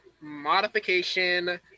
Modification